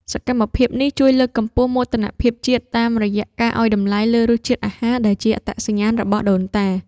សកម្មភាពនេះជួយលើកកម្ពស់មោទនភាពជាតិ តាមរយៈការឱ្យតម្លៃលើរសជាតិអាហារដែលជាអត្តសញ្ញាណរបស់ដូនតា។